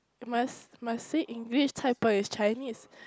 must must say English Cai-Peng is Chinese